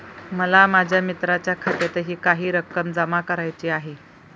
मला माझ्या मित्राच्या खात्यातही काही रक्कम जमा करायची आहे